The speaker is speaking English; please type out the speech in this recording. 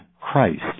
Christ